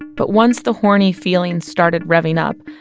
but once the horny feelings started revving up,